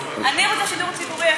אני רוצה שידור ציבורי,